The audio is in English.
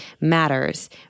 matters